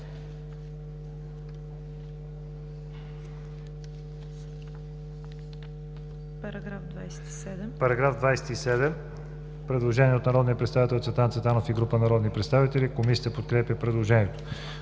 По § 21 има предложение от народния представител Цветан Цветанов и група народни представители. Комисията подкрепя предложението.